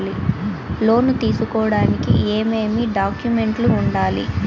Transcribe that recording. లోను తీసుకోడానికి ఏమేమి డాక్యుమెంట్లు ఉండాలి